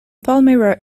palmyra